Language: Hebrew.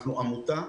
אנחנו עמותה,